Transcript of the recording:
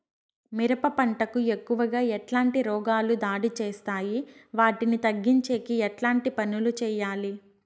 మిరప పంట కు ఎక్కువగా ఎట్లాంటి రోగాలు దాడి చేస్తాయి వాటిని తగ్గించేకి ఎట్లాంటి పనులు చెయ్యాలి?